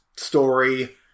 story